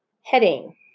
Heading